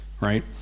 right